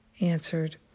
answered